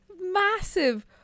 massive